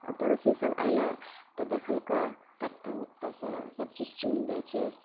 आ पड़ोसी सभ अइलै तऽ देखलकौ पत्ता उत्ता सभ चीज चुनि दै छै